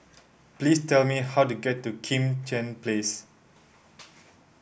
please tell me how to get to Kim Tian Place